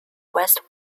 west